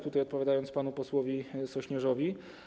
Tutaj odpowiadam panu posłowi Sośnierzowi.